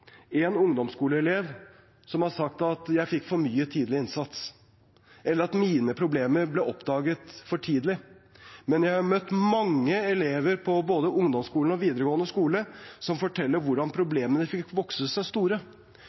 som har sagt at de fikk for mye tidlig innsats, eller at deres problemer ble oppdaget for tidlig. Men jeg har møtt mange elever, både på ungdomsskolen og på videregående skole, som forteller hvordan problemene fikk vokse seg store.